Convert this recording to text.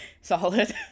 Solid